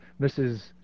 Mrs